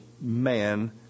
man